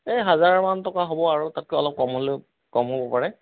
এই হাজাৰমান টকা হ'ব আৰু তাতকৈ অলপ কম হ'লেও কম হ'বও পাৰে